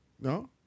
No